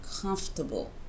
comfortable